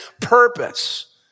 purpose